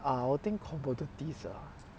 我 think commodities ah